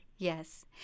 Yes